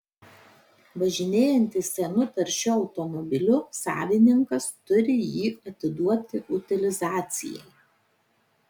važinėjantis senu taršiu automobiliu savininkas turi jį atiduoti utilizacijai